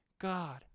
God